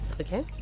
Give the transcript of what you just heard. Okay